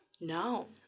No